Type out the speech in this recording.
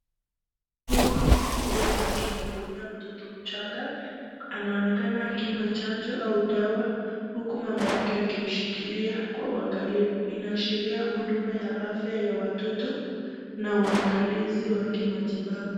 Huyu ni muuguzi akimuhudumia mtoto mchanga, anaonekana akimpa chanjo au dawa, huku mama yake akimshikilia kwa uangalifu. Inaashiria huduma ya afya ya watoto na uangalizi wakimatibabu.